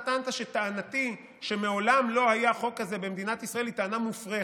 אתה טענת שטענתי שמעולם לא היה חוק כזה במדינת ישראל היא טענה מופרכת.